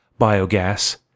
biogas